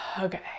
okay